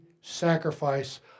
sacrifice